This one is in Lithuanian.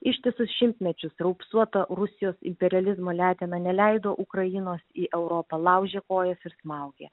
ištisus šimtmečius raupsuota rusijos imperializmo letena neleido ukrainos į europą laužė kojas ir smaugė